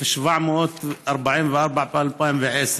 1,744 ב-2010.